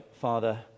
Father